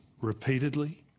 repeatedly